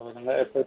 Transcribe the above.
ഓ നമ്മൾ എത്തും